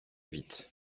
vite